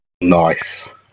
nice